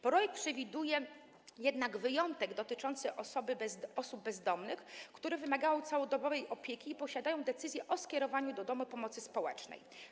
Projekt przewiduje jednak wyjątek w wypadku osób bezdomnych, które wymagają całodobowej opieki i posiadają decyzję o skierowaniu do domu pomocy społecznej.